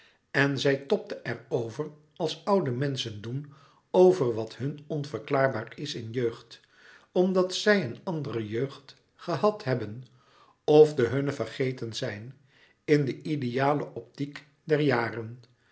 en zij tobde er over als oude menschen doen over wat hun onverklaarbaar is in jeugd omdat zij een andere jeugd gehad hebben of de hunne vergeten zijn in den idealen optiek der jaren